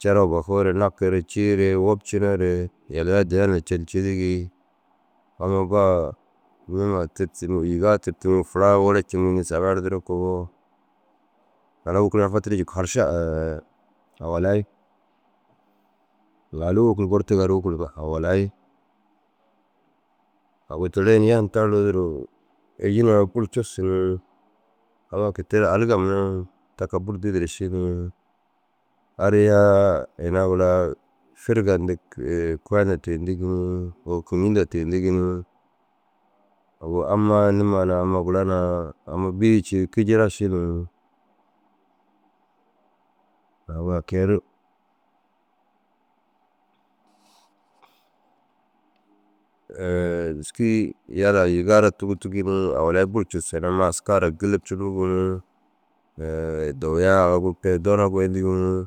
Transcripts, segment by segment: Cirau bafoo re nakire ciire wopcinoore yaliya addiya ru na cendu cidigii. Amma ba- a nima tûrtu ni yîgaa tûrtu ni furaa worocindu ni saga erdire kogoo. Taara wôkid ai fatirii jikuu haršar awalai. Ŋailuu wôkid gortigaa ru wôkidma awalai. Agu teere i ini yan taruu duro êjile na buru cussu ni. Amma kôi te ru aliga mura ni ta kaga buru didire ši ni. Ariyaa ina gura « firga » yindig kû-a hundaa tiyindig ni. Kôi kûñji hundaa tuyindigi ni. Agu ammaa nimaa na amma gura na amma bî-a ciiru kîjera ši ni. Agu ai keer dîski yalaa yîgaa raa tûwutig ni. Awulai buru cussu ni amma aska raa gêlepcindig ni. Dowiyaa aga gurukeere doona goyindigi ni.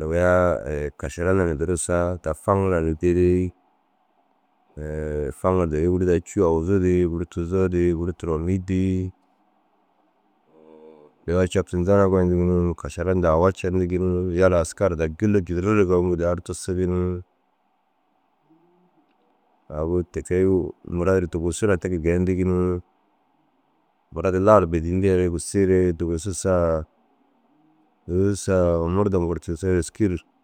Dowiyaa kašara hundaa na durusaa daa faŋara na didii faŋara dowii guru daa cûu aguzuu didii guru tuzoo didii guru turonii dîi. dowiyaa captindu doona goyindigi ni. Kašara hundaa awa cendigi ni. Yalaa aska ru daa gêlepcindu rîriga mûku ridu dahu ru tusugu ni. Agu tike ru marat dugusu na tekege geeyindigi ni. Marat lahar bêdiyindere gisiire dusugu sa bugusu sa murdom goro tigisoo êski ru